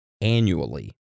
annually